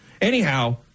Anyhow